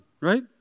right